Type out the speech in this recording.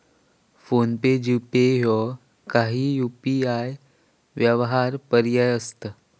phone पे, GPay ह्यो काही UPI व्यवहार पर्याय असत